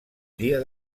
dia